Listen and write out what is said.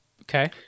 Okay